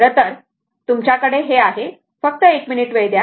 खरं तर तुमच्याकडे हे आहे फक्त 1 मिनिट वेळ द्या